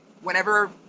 whenever